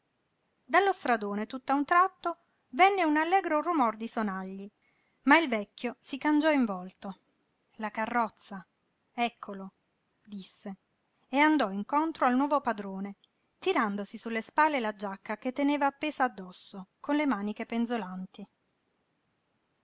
dallo stradone tutt'a un tratto venne un allegro rumor di sonagli ma il vecchio si cangiò in volto la carrozza eccolo disse e andò incontro al nuovo padrone tirandosi sulle spalle la giacca che teneva appesa addosso con le maniche spenzolanti